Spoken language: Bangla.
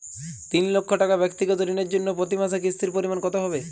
তিন লক্ষ টাকা ব্যাক্তিগত ঋণের জন্য প্রতি মাসে কিস্তির পরিমাণ কত হবে?